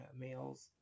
males